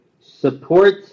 support